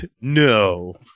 no